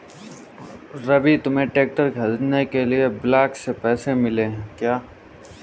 रवि तुम्हें ट्रैक्टर खरीदने के लिए ब्लॉक से पैसे मिले क्या?